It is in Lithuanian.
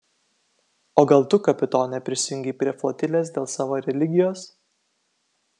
o gal tu kapitone prisijungei prie flotilės dėl savo religijos